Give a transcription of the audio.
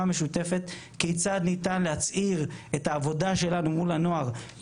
משותפת כיצד ניתן להצעיר את העבודה שלנו מול הנוער,